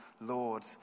Lord